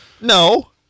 No